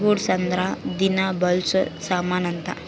goods ಅಂದ್ರ ದಿನ ಬಳ್ಸೊ ಸಾಮನ್ ಅಂತ